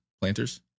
planters